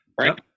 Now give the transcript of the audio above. right